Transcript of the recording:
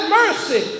mercy